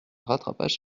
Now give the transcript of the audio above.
rattrapage